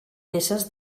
peces